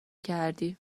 کردی